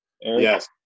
Yes